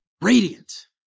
radiant